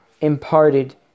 imparted